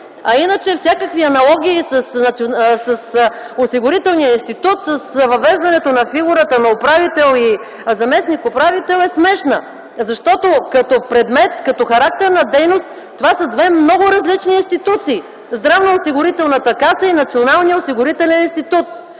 А иначе всякакви аналогии с Осигурителния институт, с въвеждането на фигурата на управител и заместник-управител са смешни. Защото като предмет, като характер на дейност, това са две много различни институции – Здравноосигурителната каса и Националния осигурителен институт.